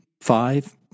five